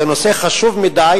זה נושא חשוב מדי.